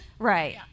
Right